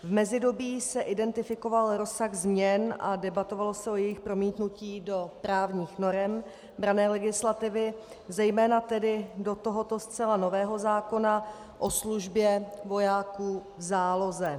V mezidobí se identifikoval rozsah změn a debatovalo se o jejich promítnutí do právních norem branné legislativy, zejména tedy do tohoto zcela nového zákona o službě vojáků v záloze.